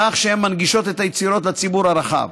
בכך שהם מנגישים את היצירות לציבור הרחב.